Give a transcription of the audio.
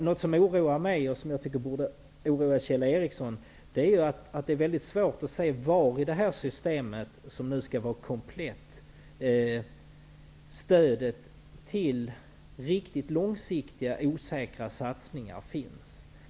Något som oroar mig, och som borde oroa Kjell Ericsson, är att det är väldigt svårt att se var i det här systemet, som nu skall vara komplett, stödet till riktigt långsiktiga osäkra satsningar finns.